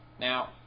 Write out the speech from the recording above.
Now